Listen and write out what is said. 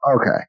Okay